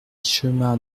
chemin